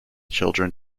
children